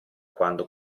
quando